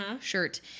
shirt